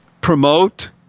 promote